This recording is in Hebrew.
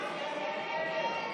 ההסתייגות (83) של קבוצת סיעת הליכוד,